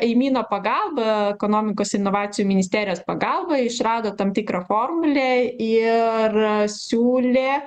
eimino pagalba ekonomikos inovacijų ministerijos pagalba išrado tam tikrą formulę ir siūlė